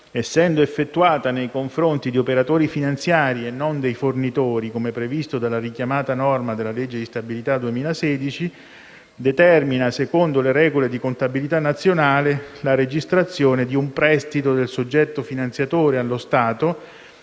essendo effettuata nei confronti di operatori finanziari e non dei fornitori, come previsto dalla richiamata norma della legge di stabilità 2016, determina, secondo le regole di contabilità nazionale, la registrazione di un prestito del soggetto finanziatore allo Stato